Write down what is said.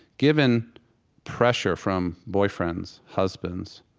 given pressure from boyfriends, husbands,